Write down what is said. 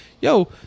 yo